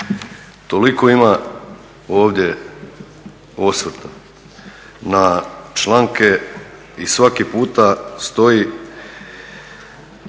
Toliko ima ovdje osvrta na članke i svaki puta stoji